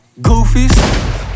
Goofies